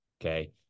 okay